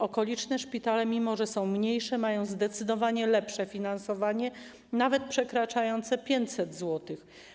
Okoliczne szpitale, mimo że są mniejsze, mają zdecydowanie lepsze finansowanie, nawet przekraczające 500 zł.